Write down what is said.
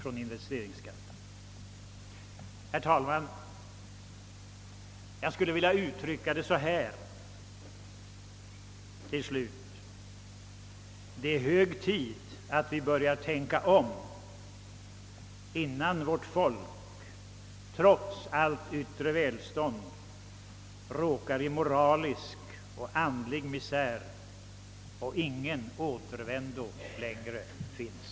Jag vill till sist, herr talman, uttrycka saken på följande sätt: Det är på tiden att vi börjar tänka om, innan vårt folk trots allt yttre välstånd råkar i moralisk och andlig misär och ingen återvändo längre finns.